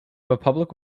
republic